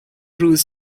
روز